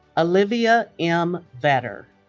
olivia m. vedder